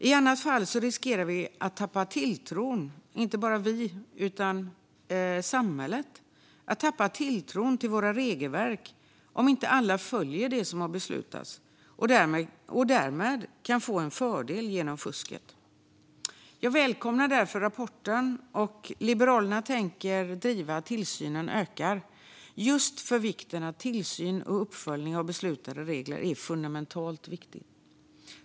I annat fall - om alla inte följer det som har beslutats och de därmed kan få en fördel genom fusket - riskerar vi, och inte bara vi utan hela samhället, att tappa tilltron till våra regelverk. Jag välkomnar därför rapporten. Liberalerna tänker driva att tillsynen ska öka just därför att tillsyn och uppföljning av beslutade regler är fundamentalt viktigt.